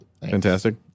Fantastic